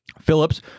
Phillips